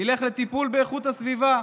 ילך לטיפול באיכות הסביבה.